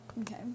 Okay